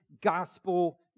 gospel